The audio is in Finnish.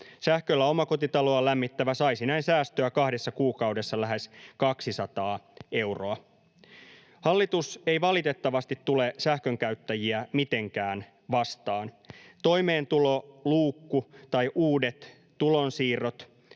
Sähköllä omakotitaloaan lämmittävä saisi näin säästöä kahdessa kuukaudessa lähes 200 euroa. Hallitus ei valitettavasti tule sähkönkäyttäjiä mitenkään vastaan. Toimeentuloluukku tai uudet tulonsiirrot,